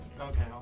Okay